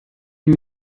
den